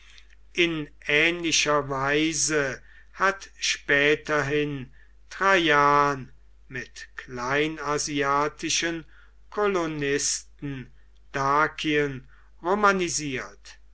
in ähnlicher weise hat späterhin traian mit kleinasiatischen kolonisten dakien romanisiert